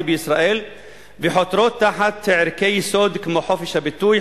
בישראל וחותרות תחת ערכי יסוד כמו חופש הביטוי,